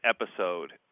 episode